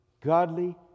Godly